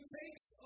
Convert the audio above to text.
takes